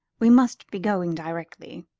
we must be going directly.